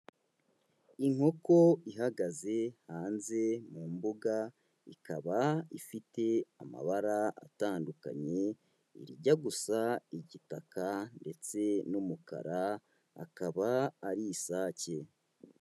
Inkoko ihagaze hanze mu mbuga, ikaba ifite amabara atandukanye, irijya gusa n'igitaka ndetse n'umukara, akaba ari isake.